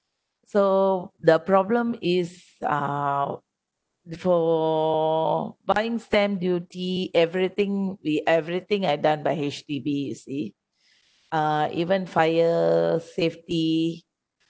so the problem is uh for buying stamp duty everything we everything I've done by H_D_B you see uh even fire safety